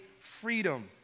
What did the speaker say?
freedom